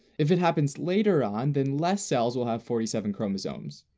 if it happens later on, then less cells will have forty seven chromosomes.